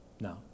No